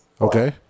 Okay